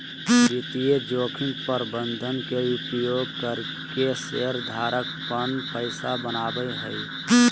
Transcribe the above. वित्तीय जोखिम प्रबंधन के उपयोग करके शेयर धारक पन पैसा बनावय हय